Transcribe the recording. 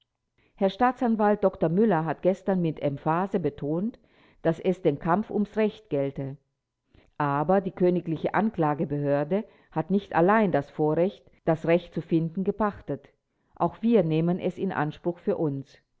herr staatsanwalt dr müller hat gestern mit emphase betont daß es den kampf ums recht gelte aber die königliche anklagebehörde hat nicht allein das vorrecht das recht zu finden gepachtet auch wir nehmen es in anspruch für uns